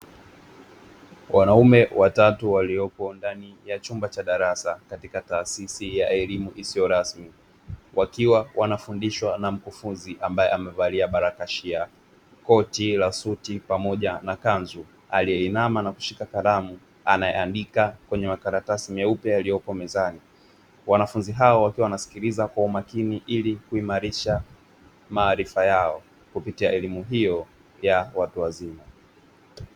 Wanaume watatu waliopo ndani ya chumba cha darasa katika taasisi ya elimu isiyo rasmi wakiwa wanafundishwa na mkufunzi ambaye amevalia barakashia koti la suti pamoja na kanzu aliyeinama na kushika karamu anayeandika kwenye makaratasi meupe yaliyopo mezani wanafunzi hao wakiwa wanasikiliza kwa umakini ili kuimarisha maarifa yao kupitia elimu hiyo ya watu wazima.